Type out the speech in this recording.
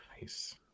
Nice